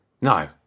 No